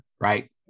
Right